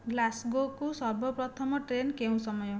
ଗ୍ଲାସ୍ଗୋକୁ ସର୍ବପ୍ରଥମ ଟ୍ରେନ୍ କେଉଁ ସମୟ